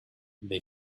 they